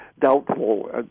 doubtful